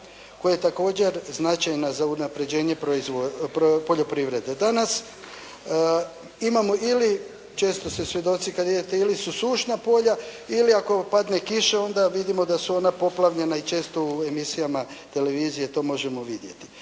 koja je također značajna za unapređenje poljoprivrede. Danas imamo ili često ste svjedoci kad idete ili su sušna polja ili ako padne kiša onda vidimo da su ona poplavljena i često u emisijama televizije to možemo vidjeti.